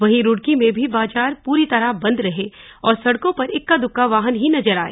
वहीं रूड़की में भी बाजार पूरी तरह बंद रहे और सड़कों पर इक्का दुक्का वाहन ही नजर आए